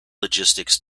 logistics